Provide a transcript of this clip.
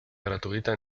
gratuita